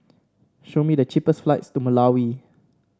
show me the cheapest flights to Malawi